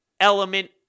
element